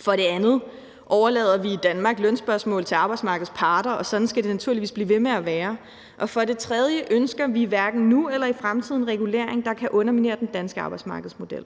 For det andet overlader vi i Danmark lønspørgsmål til arbejdsmarkedets parter, og sådan skal det naturligvis blive ved med at være. Og for det tredje ønsker vi hverken nu eller i fremtiden en regulering, der kan underminere den danske arbejdsmarkedsmodel,